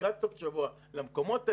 לקראת סוף שבוע למקומות האלה,